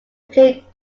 played